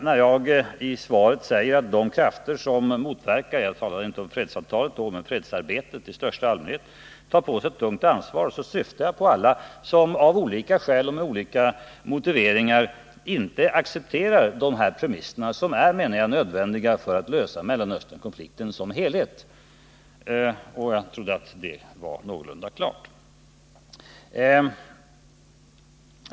När jag i svaret säger att de krafter som motverkar — jag talar inte om fredsavtalet utan om fredsarbetet — tar på sig ett tungt ansvar, så syftar jag på alla dem som med olika motiveringar inte accepterar de premisser som är nödvändiga för att lösa Mellanösternkonflikten som helhet. Jag trodde att detta var någorlunda klart.